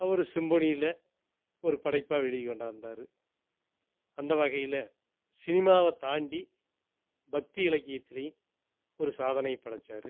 ஒரு சிம்பொனியில் ஒரு படைப்பாக வெளி கொண்டாந்தார் அந்த வகையில் சினிமாவை தாண்டி பக்தி இலக்கியத்துலேயும் ஒரு சாதனை படைத்தாரு